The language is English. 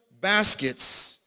baskets